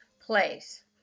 place